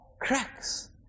cracks